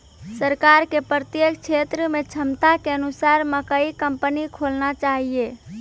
सरकार के प्रत्येक क्षेत्र मे क्षमता के अनुसार मकई कंपनी खोलना चाहिए?